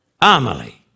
Amelie